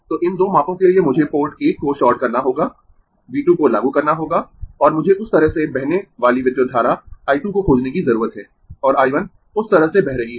तो इन 2 मापों के लिए मुझे पोर्ट 1 को शॉर्ट करना होगा V 2 को लागू करना होगा और मुझे उस तरह से बहने वाली विद्युत धारा I 2 को खोजने की जरूरत है और I 1 उस तरह से बह रही है